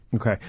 okay